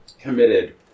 Committed